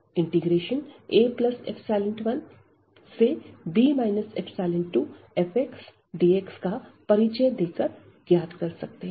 इस केस में हम abfxdx का मान a1b 2fxdx का परिचय देकर ज्ञात कर सकते हैं